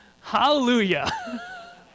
Hallelujah